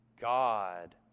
God